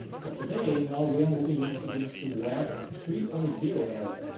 but today, now we are moving into this web three point zero era.